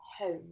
Home